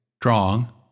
strong